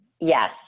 Yes